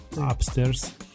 upstairs